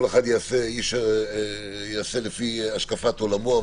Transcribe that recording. כל אחד יעשה לפי השקפת עולמו.